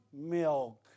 milk